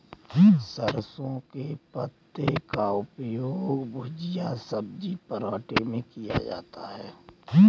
सरसों के पत्ते का उपयोग भुजिया सब्जी पराठे में किया जाता है